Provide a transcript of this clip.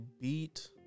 beat